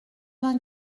vingt